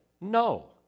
no